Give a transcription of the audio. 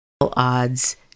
odds